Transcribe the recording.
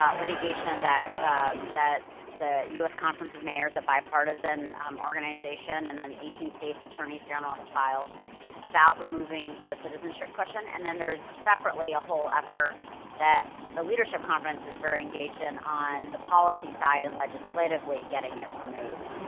litigation that um that the us conference of mayors, a bipartisan organization, and then eighteen states attorney's general had filed about removing the citizenship question, and then there is separately a whole effort that the leadership conference is very engaged in, on the policy side, in legislatively getting it removed.